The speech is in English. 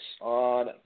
on